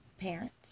parents